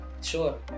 sure